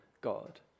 God